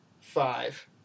five